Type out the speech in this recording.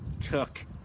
took